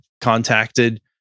contacted